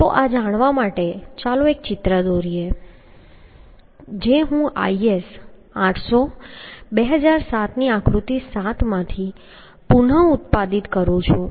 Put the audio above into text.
તો આ જાણવા માટે ચાલો એક ચિત્ર દોરીએ જે હું IS 800 2007 ની આકૃતિ 7 માંથી પુનઃઉત્પાદિત કરું છું